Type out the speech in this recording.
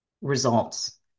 results